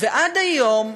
ועד היום,